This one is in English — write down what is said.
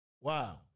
Wow